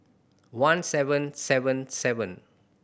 one seven seven seven